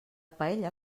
paella